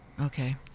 Okay